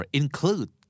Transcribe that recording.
include